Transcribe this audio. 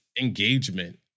engagement